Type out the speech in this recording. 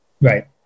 Right